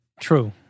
true